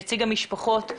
נציג המשפחות.